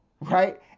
right